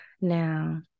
now